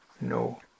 No